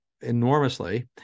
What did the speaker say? enormously